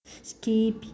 skip